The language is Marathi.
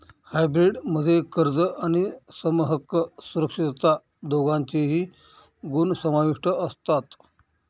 हायब्रीड मध्ये कर्ज आणि समहक्क सुरक्षितता दोघांचेही गुण समाविष्ट असतात